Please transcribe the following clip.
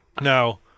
now